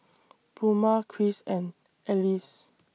Pluma Chris and Alyce